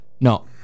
No